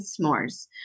s'mores